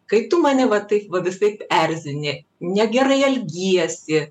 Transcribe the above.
kaip tu mane va taip va visaip erzini negerai elgiesi